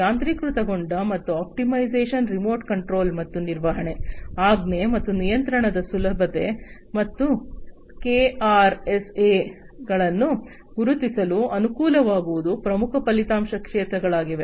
ಯಾಂತ್ರೀಕೃತಗೊಂಡ ಮತ್ತು optimisation remote control ಮತ್ತು ನಿರ್ವಹಣೆ ಆಜ್ಞೆ ಮತ್ತು ನಿಯಂತ್ರಣದ ಸುಲಭತೆ ಮತ್ತು ಕೆಆರ್ಎಗಳನ್ನು ಗುರುತಿಸಲು ಅನುಕೂಲವಾಗುವುದು ಪ್ರಮುಖ ಫಲಿತಾಂಶ ಕ್ಷೇತ್ರಗಳಾಗಿವೆ